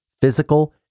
physical